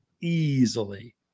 easily